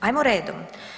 Hajmo redom.